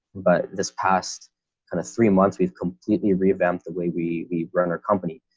but this past kind of three months, we've completely revamped the way we we run our company,